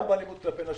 גם באלימות כלפי נשים,